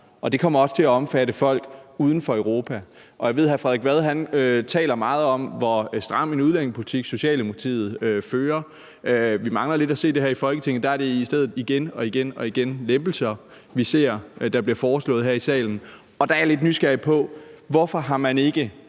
det kommer også til at omfatte folk uden for Europa. Jeg ved, at hr. Frederik Vad taler meget om, hvor stram en udlændingepolitik Socialdemokratiet fører. Vi mangler lidt at se det her i Folketinget; der er det i stedet igen og igen lempelser, vi ser blive foreslået her i salen. Der er jeg lidt nysgerrig på, hvorfor man ikke